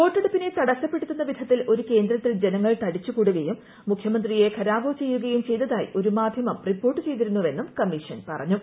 വോട്ടെടുപ്പിനെ തടസ്സപ്പെടുത്തുന്ന വിധത്തിൽ ഒരു കേന്ദ്രത്തിൽ ജനങ്ങൾ തടിച്ചുകൂടുകയും മുഖ്യമന്ത്രിയെ ഖെരാവോ ചെയ്യുകയും ചെയ്തതായി ഒരു മാധ്യമം റിപ്പോർട്ട് ചെയ്തിരുന്നുവെന്നും കമ്മീഷൻ പറഞ്ഞു